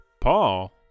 Paul